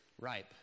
ripe